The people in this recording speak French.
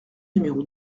numéro